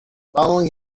following